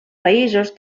països